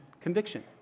conviction